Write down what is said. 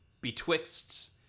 betwixt